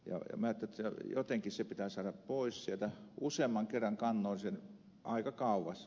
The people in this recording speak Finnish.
minä ajattelin että jotenkin se pitää saada pois sieltä useamman kerran kannoin sen aika kauas